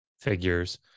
figures